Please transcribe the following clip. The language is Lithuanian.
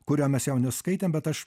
kurio mes jau neskaitėm bet aš